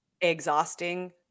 exhausting